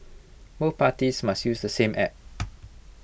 both parties must use the same app